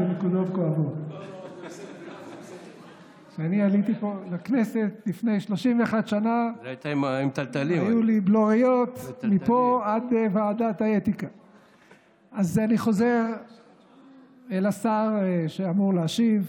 אז אני חוזר לשר שאמור להשיב.